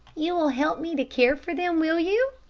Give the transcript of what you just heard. you will help me to care for them, will you?